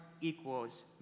equals